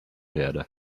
werde